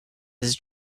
his